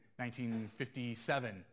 1957